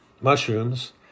mushrooms